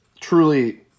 Truly